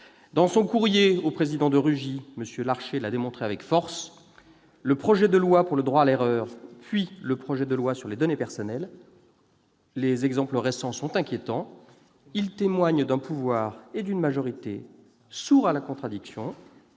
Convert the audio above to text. Dans son courrier au président de Rugy, M. Larcher l'a démontré avec force. Le projet de loi instaurant le droit à l'erreur, puis ce projet de loi relatif à la protection des données personnelles : les exemples récents sont inquiétants. Ils témoignent d'un pouvoir et d'une majorité sourds à la contradiction,